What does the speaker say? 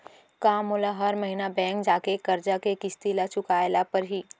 का मोला हर महीना बैंक जाके करजा के किस्ती चुकाए ल परहि?